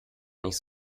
nicht